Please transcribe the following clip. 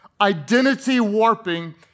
identity-warping